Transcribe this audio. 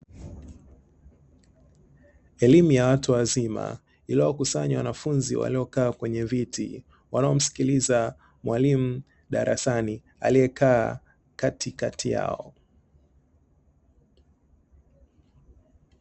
Elimu ya watu wazima iliyowakusanya wanafunzi waliokaa kwenye viti, wanaomsikiliza mwalimu darasani aliyekaa katikati yao.